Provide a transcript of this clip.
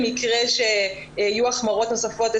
במקרה שיהיו החמרות נוספות,